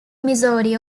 missouri